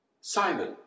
Simon